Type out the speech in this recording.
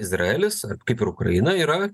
izraelis kaip ir ukraina yra